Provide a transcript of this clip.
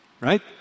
right